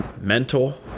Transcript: mental